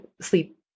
sleep